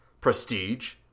Prestige